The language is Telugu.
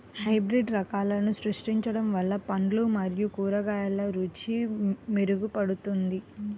హైబ్రిడ్ రకాలను సృష్టించడం వల్ల పండ్లు మరియు కూరగాయల రుచి మెరుగుపడుతుంది